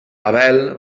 abel